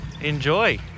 enjoy